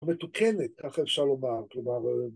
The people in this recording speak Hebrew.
‫מתוקנת, כך אפשר לומר, כלומר..